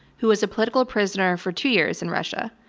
who was a political prisoner for two years in russia.